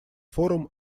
форум